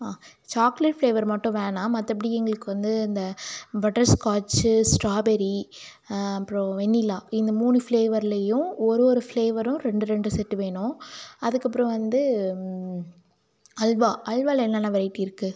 ஆ chocolate flavour மட்டும் வேணாம் மற்றபடி எங்களுக்கு வந்து இந்த பட்டர் ஸ்காச்சு ஸ்டாபெர்ரி அப்புறம் வெண்ணிலா இந்த மூணு ஃப்ளேவர்லேயும் ஒரு ஒரு ஃப்ளேவரும் ரெண்டு ரெண்டு செட்டு வேணும் அதுக்கப்புறம் வந்து அல்வா அல்வாவில் என்னென்ன வெரைட்டி இருக்குது